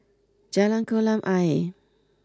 Jalan Kolam Ayer